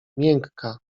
miękka